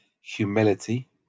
humility